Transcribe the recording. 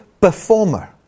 performer